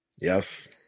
Yes